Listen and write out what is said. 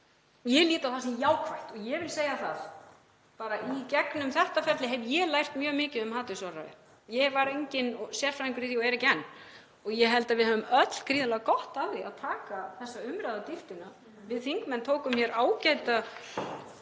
ég lít á það sem jákvætt og ég vil segja að bara í gegnum þetta ferli hef ég lært mjög mikið um hatursorðræðu. Ég var enginn sérfræðingur í henni og er ekki enn og ég held að við hefðum öll gríðarlega gott af því að taka þessa umræðu á dýptina. Við þingmenn tókum hér ágæta